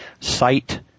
site